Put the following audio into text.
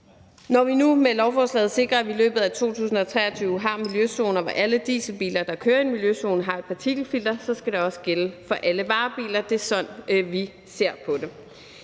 Når vi nu med lovforslaget sikrer, at vi i løbet af 2023 har miljøzoner, hvor alle dieselbiler, der kører i miljøzoner, har et partikelfilter, skal det også gælde for alle varebiler. Det er sådan, vi ser på det.